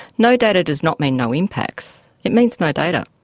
no data does not mean no impacts, it means no data.